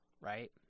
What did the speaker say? right